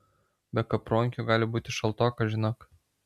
be kapronkių gali būti šaltoka žinok